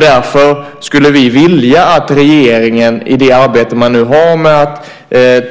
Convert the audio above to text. Därför skulle vi vilja att regeringen i det arbete man nu har med att